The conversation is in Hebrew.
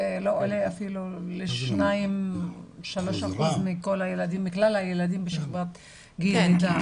זה לא עולה אפילו ל-3% מכלל הילדים בשכבת גיל לידה עד שלוש.